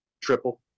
triple